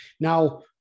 Now